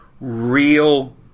real